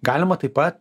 galima taip pat